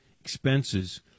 expenses